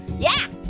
yeah,